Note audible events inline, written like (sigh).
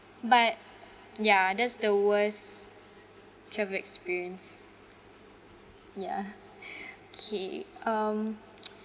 but ya that's the worst travel experience yeah (laughs) okay um (noise)